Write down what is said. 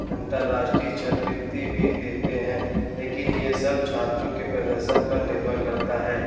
अंतर्राष्ट्रीय छात्रवृति भी देते हैं लेकिन यह सब छात्रों के प्रदर्शन पर निर्भर करता है